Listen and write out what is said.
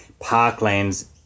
parklands